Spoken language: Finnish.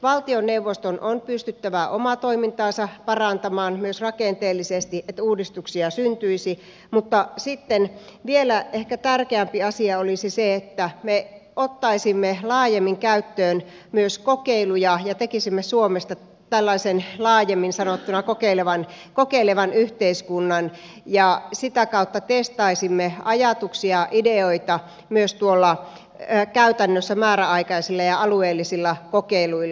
valtioneuvoston on pystyttävä omaa toimintaansa parantamaan myös rakenteellisesti että uudistuksia syntyisi mutta sitten vielä ehkä tärkeämpi asia olisi se että me ottaisimme laajemmin käyttöön myös kokeiluja ja tekisimme suomesta tällaisen laajemmin sanottuna kokeilevan yhteiskunnan ja sitä kautta testaisimme ajatuksia ja ideoita myös tuolla käytännössä määräaikaisilla ja alueellisilla kokeiluilla